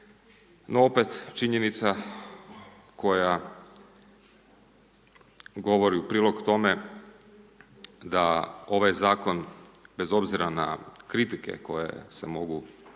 No, opet činjenica koja govori u prilog tome da ovaj Zakon bez obzira na kritike koje se mogu